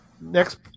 Next